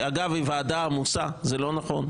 אגב, היא ועדה עמוסה, וזה לא נכון.